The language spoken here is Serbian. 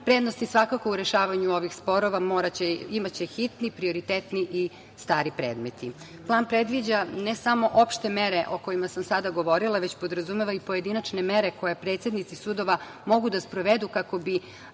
Prednost je svakako u rešavanju ovih sporova imaće hitni, prioritetni i stari predmeti. Plan predviđa, ne samo opšte mere o kojima sam sada govorila, već podrazumeva i pojedinačne mere koje predsednici sudova mogu da sprovedu kako bi